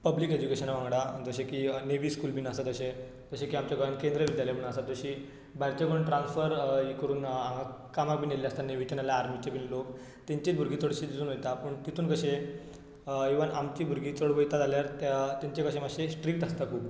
public एजुकेशना वांगडा जशें की नेवी स्कूल बीन आसा तशें जशें की आमच्या गोंयान केंद्र विद्यालय म्हूण आसा तशीं भायरचे कोण ट्रान्सफर ई करून हांगा कामाक बीन येयल्ले आसता नेवीचे नाल्या आर्मीचे बीन लोक तेंचीत भुरगीं चडशीं तितून वयता पूण तितून कशें इवन आमचीं भुरगीं चड वयता जाल्यार त्या तेंचें कशें मातशें स्ट्रिक्ट आसता खूब